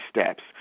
steps